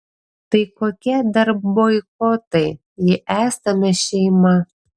tai kokie dar boikotai jei esame šeima